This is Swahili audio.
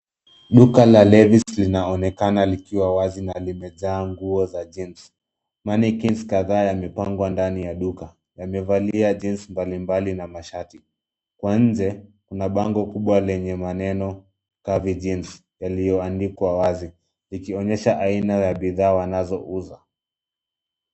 Duka la Levi's linaonekana likiwa wazi na limejaa nguo za jeans, mannequins kadhaa yamepangwa ndani ya duka, yamevalia jeans mbali mbali na mashati. Kwa nje, kuna bango kubwa lenye maneneo curvy jeans , yaliyoandikwa wazi, ikionyesha aina ya bidhaa wanazo uza.